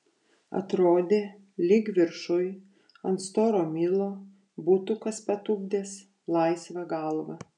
atrodė lyg viršuj ant storo milo būtų kas patupdęs laisvą galvą